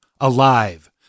Alive